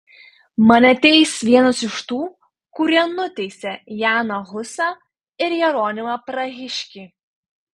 mane teis vienas iš tų kurie nuteisė janą husą ir jeronimą prahiškį